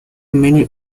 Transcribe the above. many